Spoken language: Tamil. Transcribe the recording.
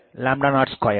2 a b02